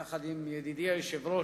יחד עם ידידי היושב-ראש,